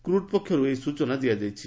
କ୍କୁଟ୍ ପକ୍ଷରୁ ଏହି ସୂଚନା ଦିଆଯାଇଛି